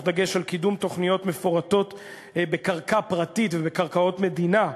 תוך דגש על קידום תוכניות מפורטות בקרקע פרטית ובקרקעות מדינה,